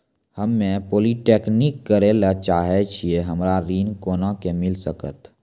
हम्मे पॉलीटेक्निक करे ला चाहे छी हमरा ऋण कोना के मिल सकत?